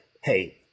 hey